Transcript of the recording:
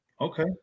okay